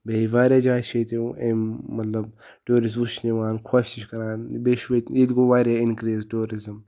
بیٚیہِ واریاہ جایہِ چھِ ییٚتہِ یِم مطلب ٹوٗرِسٹ وٕچھنہِ یِوان خۄش تہِ چھِ کَران بیٚیہِ چھُ ییٚتہِ ییٚتہِ گوٚو واریاہ اِنکِرٛیٖز ٹوٗرِزٕم